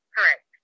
Correct